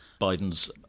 Biden's